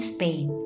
Spain